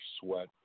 Sweat